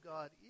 God